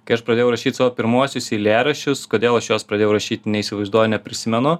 kai aš pradėjau rašyt savo pirmuosius eilėraščius kodėl aš juos pradėjau rašyt neįsivaizduoju neprisimenu